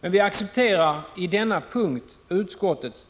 Men vi accepterar på denna punkt utskottets